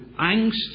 angst